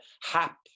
HAP